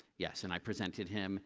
yes. and i presented him